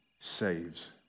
saves